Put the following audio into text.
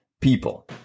people